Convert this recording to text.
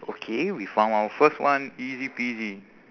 okay we found our first one easy peasy